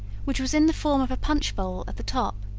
which was in the form of a punch-bowl at the top